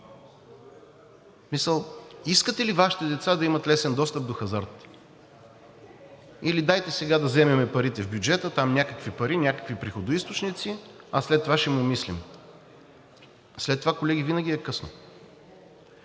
смисъл, искате ли Вашите деца да имат лесен достъп до хазарта? Или дайте сега да вземем парите в бюджета, там някакви пари, някакви приходоизточници, а след това ще му мислим. След това, колеги, винаги е късно.